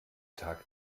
tag